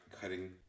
cutting